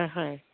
হয় হয়